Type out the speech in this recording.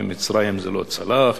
במצרים זה לא צלח,